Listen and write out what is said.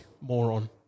moron